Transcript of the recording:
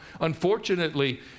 Unfortunately